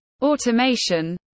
automation